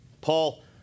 Paul